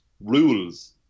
rules